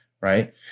Right